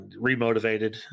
remotivated